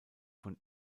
von